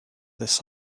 this